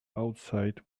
outside